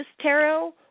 Tarot